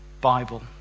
Bible